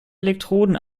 elektroden